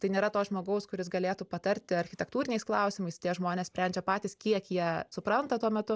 tai nėra to žmogaus kuris galėtų patarti architektūriniais klausimais tie žmonės sprendžia patys kiek jie supranta tuo metu